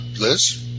Liz